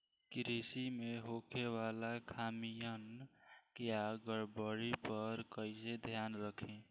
कृषि में होखे वाला खामियन या गड़बड़ी पर कइसे ध्यान रखि?